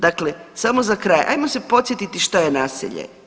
Dakle samo za kraj ajmo se podsjetiti što je naselje.